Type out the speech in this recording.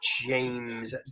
James